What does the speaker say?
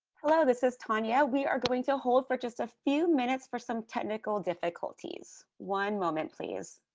hello this is tanya. we are going to hold for just a few minutes for some technical difficulties, one moment please.